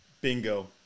bingo